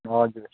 हजुर